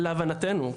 להבנתנו,